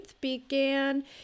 began